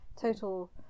total